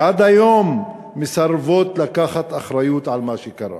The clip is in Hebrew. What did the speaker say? שעד היום מסרבות לקחת אחריות על מה שקרה.